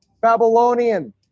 Babylonian